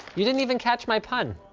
you didn't even catch my pun.